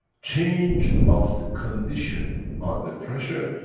change of the condition on the pressure,